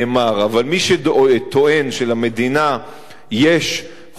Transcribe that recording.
אבל מי שטוען שלמדינה יש חובה